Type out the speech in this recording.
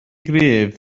gryf